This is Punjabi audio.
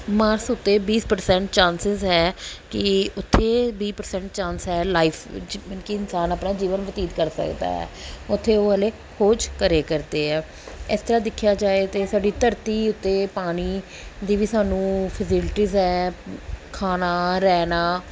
ਮਾਰਸ ਉੱਤੇ ਬੀਸ ਪਰਸੈਂਟ ਚਾਂਸਿਸ ਹੈ ਕਿ ਉੱਥੇ ਵੀਹ ਪਰਸੈਂਟ ਚਾਂਸ ਹੈ ਲਾਈਫ ਜਿਵੇਂ ਕਿ ਇਨਸਾਨ ਆਪਣਾ ਜੀਵਨ ਬਤੀਤ ਕਰ ਸਕਦਾ ਆ ਉੱਥੇ ਉਹ ਹਜੇ ਖੋਜ ਕਰਿਆ ਕਰਦੇ ਆ ਇਸ ਤਰ੍ਹਾਂ ਦੇਖਿਆ ਜਾਵੇ ਤਾਂ ਸਾਡੀ ਧਰਤੀ ਉੱਤੇ ਪਾਣੀ ਦੀ ਵੀ ਸਾਨੂੰ ਫੈਸਿਲਿਟੀਜ ਹੈ ਖਾਣਾ ਰਹਿਣਾ